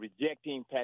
rejecting